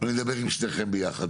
ואני מדבר עם שניכם ביחד.